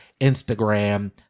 Instagram